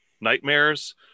nightmares